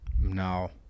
No